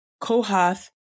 Kohath